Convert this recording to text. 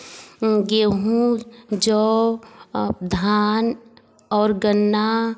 गेहूँ जौ धान और गन्ना